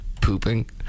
pooping